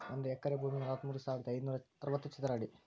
ಒಂದ ಎಕರೆ ಭೂಮಿ ನಲವತ್ಮೂರು ಸಾವಿರದ ಐದನೂರ ಅರವತ್ತ ಚದರ ಅಡಿ